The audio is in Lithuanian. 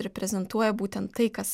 reprezentuoja būtent tai kas